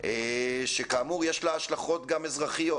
שכאמור יש לה השלכות גם אזרחיות.